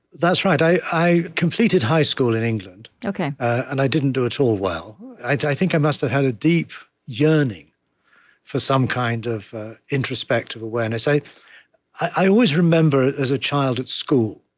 that's right. i i completed high school in england, and i didn't do at all well. i i think i must've had a deep yearning for some kind of introspective awareness i i always remember, as a child at school,